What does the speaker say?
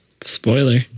Spoiler